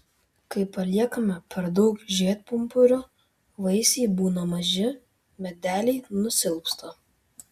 kai paliekama per daug žiedpumpurių vaisiai būna maži medeliai nusilpsta